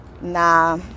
Nah